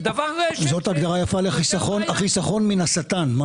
זו הגדרה יפה לחיסכון מן השטן.